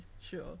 sure